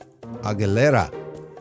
Aguilera